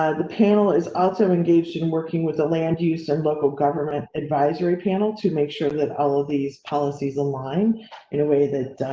ah the panel is also engaged in working with the land use and local government advisory panel to make sure that all of these policies align in a way that.